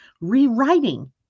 rewriting